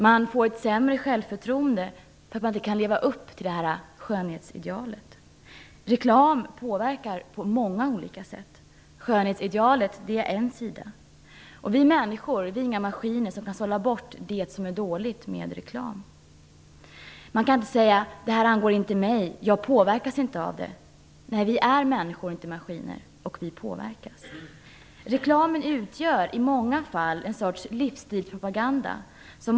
De får ett sämre självförtroende eftersom de inte kan leva upp till detta skönhetsideal. Reklam påverkar på många olika sätt. Skönhetsidealet är en sida. Vi människor är inga maskiner som kan sålla bort det som är dåligt med reklam. Man kan inte säga: Det här angår inte mig; jag påverkas inte. Vi är människor och inte maskiner, och vi påverkas. Reklamen utgör i många fall en sorts livsstilspropaganda.